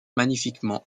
magnifiquement